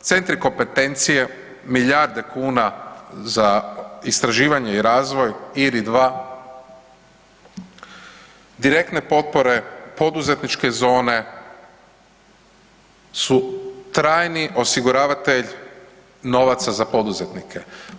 centri kompetencije, milijarde kuna za istraživanje i razvoj, IRI 2, direktne potpore poduzetničke zone su trajni osiguravatelj novaca za poduzetnike.